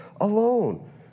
alone